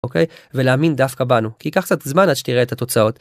אוקיי, ולהאמין דווקא בנו. כי ייקח קצת זמן עד שתראה את התוצאות.